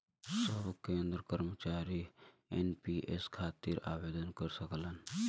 सब केंद्र कर्मचारी एन.पी.एस खातिर आवेदन कर सकलन